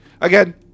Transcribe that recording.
Again